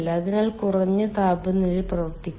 അതിനാൽ കുറഞ്ഞ താപനിലയിൽ പ്രവർത്തിക്കാം